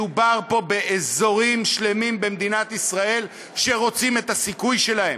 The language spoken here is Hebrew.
מדובר פה באזורים שלמים במדינת ישראל שרוצים את הסיכוי שלהם,